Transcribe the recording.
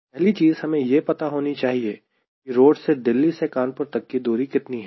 पहली चीज हमें यह पता होनी चाहिए कि रोड से दिल्ली से कानपुर तक की दूरी कितनी है